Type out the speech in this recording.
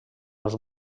els